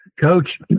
Coach